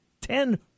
ten